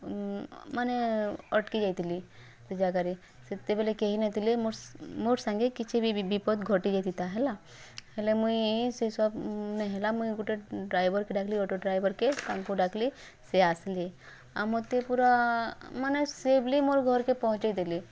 ମାନେ ଅଟ୍କି ଯାଇଥିଲି ସେ ଜାଗାରେ ସେତେବେଲେ କେହିନଥିଲେ ମୋର୍ ମୋର୍ ସାଙ୍ଗ କିଛି ବି ବିପଦ୍ ଘଟିଯାଇଥିତା ହେଲା ହେଲେ ମୁଇଁ ସେ ହେଲା ମୁଇଁ ଗୁଟେ ଡ଼୍ରାଇଭର୍କେ ଡ଼ାକିଲି ଅଟୋ ଡ଼୍ରାଇଭର୍କେ ତାଙ୍କୁ ଡ଼ାକିଲି ସେ ଆସିଲେ ଆଉ ମୋତେ ପୁରା ମାନେ ସେଫ୍ଲି ମୋର୍ ଘର୍କେ ପହଁଚେଇ ଦେଲେ